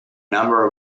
number